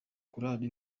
korali